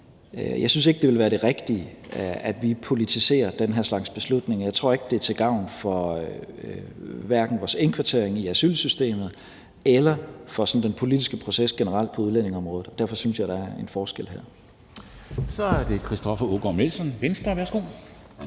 Jeg synes ikke, det ville være det rigtige, at vi politiserer den her slags beslutninger. Jeg tror ikke, det er til gavn for hverken vores indkvartering i asylsystemet eller for den politiske proces generelt på udlændingeområdet. Og derfor synes jeg, at der er en forskel her. Kl. 13:14 Formanden (Henrik